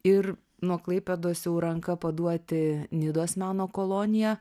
ir nuo klaipėdos jau ranka paduoti nidos meno koloniją